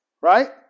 Right